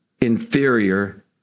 inferior